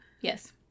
Yes